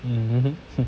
mm mm